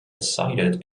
sighted